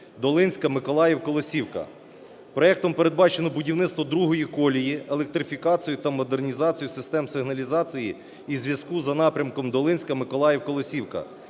напрямкуДолинська–Миколаїв–Колосівка. Проектом передбачено будівництво другої колії, електрифікацію та модернізацію систем сигналізації і зв'язку за напрямком Долинська–Миколаїв–Колосівка,